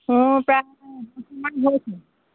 প্ৰায়